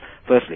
firstly